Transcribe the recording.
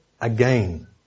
again